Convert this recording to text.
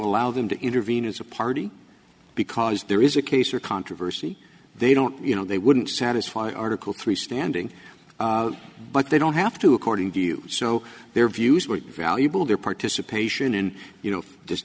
allow them to intervene as a party because there is a case or controversy they don't you know they wouldn't satisfy article three standing but they don't have to according to you so their views were valuable their participation in you know just